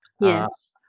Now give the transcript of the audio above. Yes